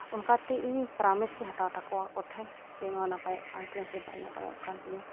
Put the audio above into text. ᱚᱱᱠᱟ ᱛᱮ ᱤᱧ ᱯᱚᱨᱟᱢᱮᱥ ᱤᱧ ᱦᱟᱛᱟᱣ ᱛᱟᱠᱚᱣᱟ ᱟᱠᱚ ᱴᱷᱮᱱ ᱡᱮ ᱱᱚᱣᱟ ᱱᱟᱯᱟᱭᱚᱜ ᱠᱟᱱ ᱛᱤᱧᱟᱹ ᱥᱮ ᱵᱟᱭ ᱱᱟᱯᱟᱭᱚᱜ ᱠᱟᱱ ᱛᱤᱧᱟᱹ